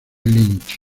lynch